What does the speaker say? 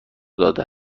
داده